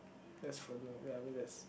that's for no ya I mean that's